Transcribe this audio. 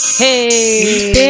hey